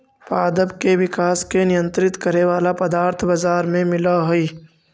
पादप के विकास के नियंत्रित करे वाला पदार्थ बाजार में मिलऽ हई